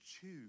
choose